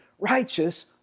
righteous